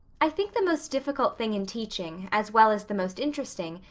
i think the most difficult thing in teaching, as well as the most interesting,